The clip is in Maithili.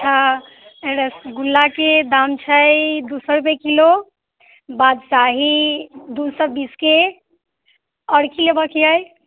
हँ रसगुल्ला के दाम छै दू सए रूपे किलो बालूशाही दू सए बीस के आओर की लेबअ के अछि